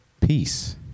Peace